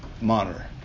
monitor